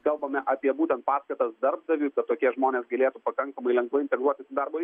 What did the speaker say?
kalbame apie būtent paskatas darbdaviui kad tokie žmonės galėtų pakankamai lengvai integruotis į darbo